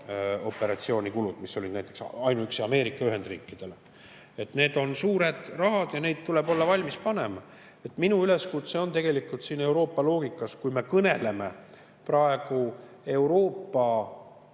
operatsiooni kulud, mis olid näiteks ainuüksi Ameerika Ühendriikidel. Need on suured summad ja neid tuleb olla valmis sinna panema. Minu üleskutse on tegelikult siin Euroopa loogikas, kui me kõneleme praegu Euroopa